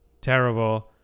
terrible